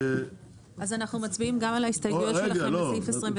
אז אנחנו מצביעים על ההסתייגויות לכם לסעיף 29?